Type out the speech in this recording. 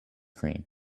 cream